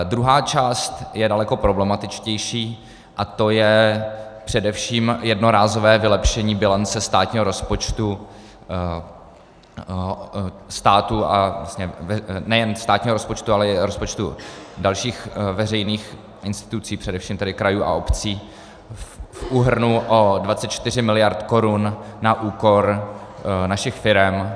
Druhá část je daleko problematičtější, a to je především jednorázové vylepšení bilance státního rozpočtu státu, a nejen státního rozpočtu, ale i rozpočtu dalších veřejných institucí, především tedy krajů a obcí, v úhrnu o 24 miliard korun na úkor našich firem.